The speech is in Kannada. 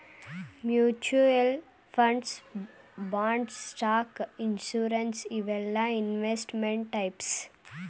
mutual funds bonds stock insurance ಇವೆಲ್ಲಾ ಇನ್ವೆಸ್ಟ್ಮೆಂಟ್ ಟೈಪ್ಸ್